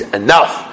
enough